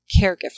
caregiver